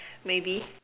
maybe